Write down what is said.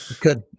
good